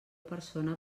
persona